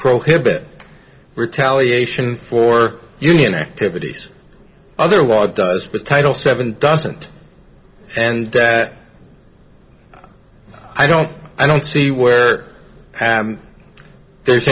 prohibit retaliation for union activities other why does the title seven doesn't and that i don't i don't see where there's